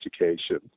education